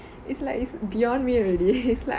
it's like it's beyond me already lah